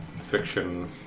fiction